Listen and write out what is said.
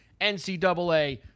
NCAA